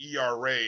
ERA